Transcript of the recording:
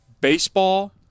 baseball